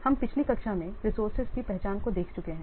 हम पिछली कक्षा में रिसोर्सेज की पहचान को देख चुके हैं